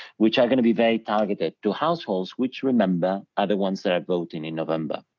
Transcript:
which are gonna be very targeted to households which remember, are the ones that are voting in november.